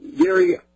Gary